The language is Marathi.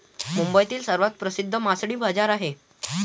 मुंबईतील सर्वात प्रसिद्ध मासळी बाजार आहे